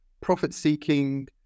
profit-seeking